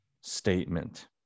statement